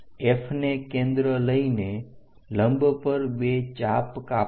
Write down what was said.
F ને કેન્દ્ર લઈને લેમ્બ પર બે ચાપ કાપો